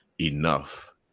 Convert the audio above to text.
enough